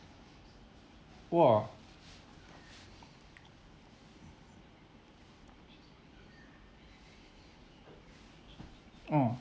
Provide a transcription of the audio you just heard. !wah! mm